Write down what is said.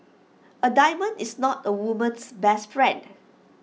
A diamond is not A woman's best friend